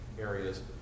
areas